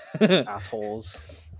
assholes